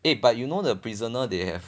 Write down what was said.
eh but you know the prisoner they have